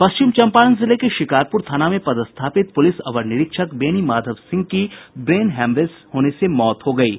पश्चिम चम्पारण जिले के शिकारपुर थाना में पदस्थापित पुलिस अवर निरीक्षक बेनी माधव सिंह की ब्रेन हेमरेज होने से मौत हो गयी है